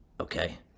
okay